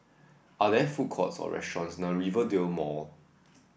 are there food courts or restaurants near Rivervale Mall